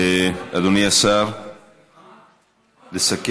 אדוני השר יסכם?